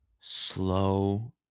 slow